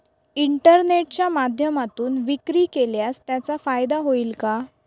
इंटरनेटच्या माध्यमातून विक्री केल्यास त्याचा फायदा होईल का?